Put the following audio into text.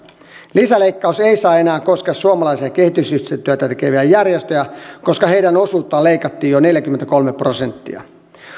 lisäleikkaus ei saa enää koskea suomalaisia kehitysyhteistyötä tekeviä järjestöjä koska heidän osuuttaan leikattiin jo neljäkymmentäkolme prosenttia